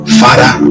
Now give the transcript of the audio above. father